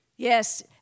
Yes